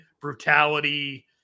brutality